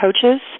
Coaches